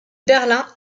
berlin